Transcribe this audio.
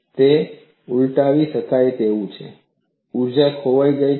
તે ઉલટાવી શકાય તેવું છે ઊર્જા ખોવાઈ જાય છે